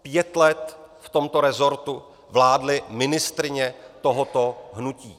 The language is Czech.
Pět let v tomto rezortu vládly ministryně tohoto hnutí.